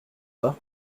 pas